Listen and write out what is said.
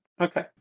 Okay